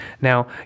Now